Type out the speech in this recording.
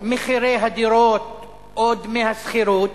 מחירי הדירות או דמי השכירות,